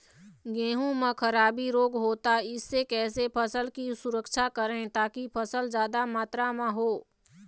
गेहूं म खराबी रोग होता इससे कैसे फसल की सुरक्षा करें ताकि फसल जादा मात्रा म हो?